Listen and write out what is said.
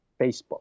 Facebook